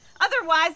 Otherwise